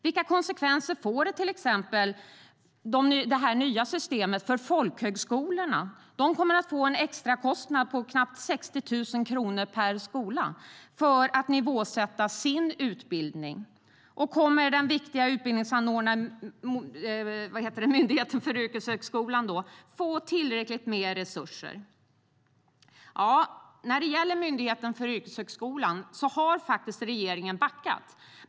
Vilka konsekvenser får till exempel det nya systemet för folkhögskolorna? De kommer att få en extrakostnad på knappt 60 000 kronor per skola för nivåsättning av utbildning. Kommer den viktiga utbildningsanordnaren Myndigheten för yrkeshögskolan att få tillräckligt med resurser? När det gäller Myndigheten för yrkeshögskolan har regeringen faktiskt backat.